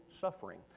suffering